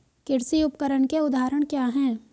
कृषि उपकरण के उदाहरण क्या हैं?